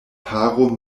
paro